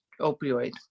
opioid